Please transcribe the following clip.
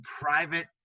private